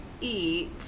eat